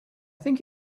think